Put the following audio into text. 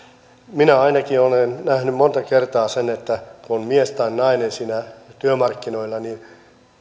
minä ainakin olen nähnyt monta kertaa sen että kun on mies tai nainen siinä työmarkkinoilla niin